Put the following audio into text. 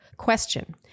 Question